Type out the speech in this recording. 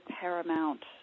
paramount